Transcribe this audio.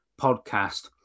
podcast